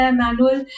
manual